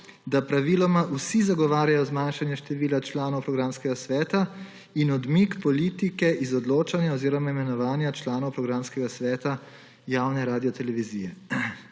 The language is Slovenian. da praviloma vsi zagovarjajo zmanjšanje števila članov programskega sveta in odmik politike iz odločanja oziroma imenovanja članov programskega sveta javne radiotelevizije.